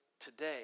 today